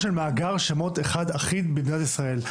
של מאגר שמות אחד אחיד במדינת ישראל.